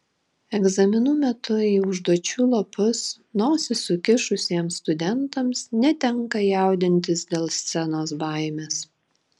egzaminų metu į užduočių lapus nosis sukišusiems studentams netenka jaudintis dėl scenos baimės